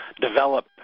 develop